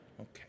Okay